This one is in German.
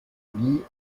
nie